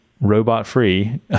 robot-free